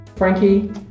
Frankie